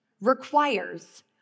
requires